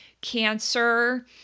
cancer